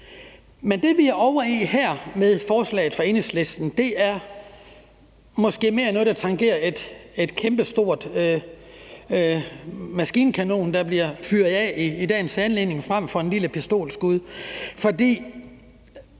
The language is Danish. Men det, vi er ude i her med forslaget fra Enhedslisten, er måske mere noget, der tangerer en kæmpestor maskinkanon, der bliver fyret af i dagens anledning, frem for et lille pistolskud. For